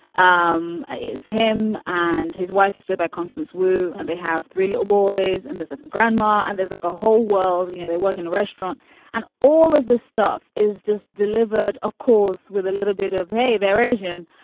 um him and his wife who stood by constance wu and they have three little boys and there's a grandma and there's like a whole world. you know, they work in a restaurant and all of this stuff is just delivered, of course, with a little bit of, hey, they're asian,